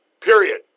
period